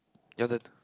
your turn